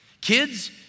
Kids